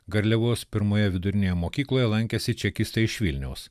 garliavos pirmoje vidurinėje mokykloje lankęsi čekistai iš vilniaus